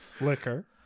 Liquor